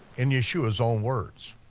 in yeshua's own words.